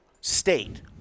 state